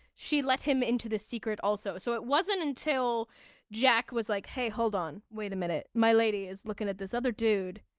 she let him into the secret also. so it wasn't until jack was like, hey, hold on, wait a minute. my lady is looking at this other dude,